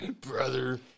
Brother